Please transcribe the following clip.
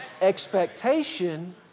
Expectation